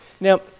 Now